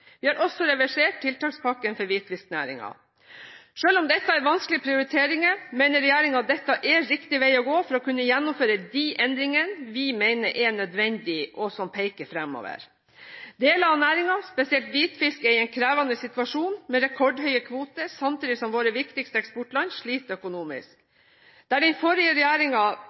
Vi har også reversert tiltakspakken for hvitfisknæringen. Selv om dette er vanskelige prioriteringer, mener regjeringen det er riktig vei å gå for å kunne gjennomføre de endringene vi mener er nødvendige, og som peker fremover. Deler av næringen, spesielt hvitfisk, er i en krevende situasjon med rekordhøye kvoter samtidig som våre viktigste eksportland sliter økonomisk. Der den forrige